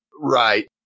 Right